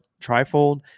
trifold